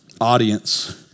audience